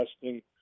testing